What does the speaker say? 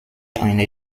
eine